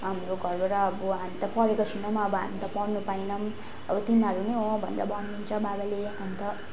हाम्रो घरबाट अब हामी त पढेको छैनौँ अब हामी त पढ्नु पाएनौँ अब तिमीहरू नै हो भनेर भन्नुहुन्छ बाबाले अन्त